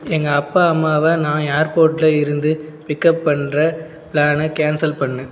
எங்கள் அப்பா அம்மாவை நான் ஏர்போர்ட்டில் இருந்து பிக்அப் பண்ணுற பிளானை கேன்சல் பண்ணு